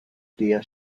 día